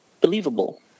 believable